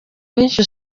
benshi